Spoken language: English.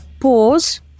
pause